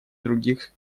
других